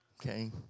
Okay